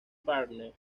byrne